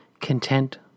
Content